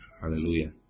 Hallelujah